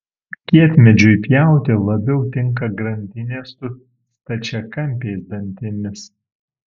kietmedžiui pjauti labiau tinka grandinė su stačiakampiais dantimis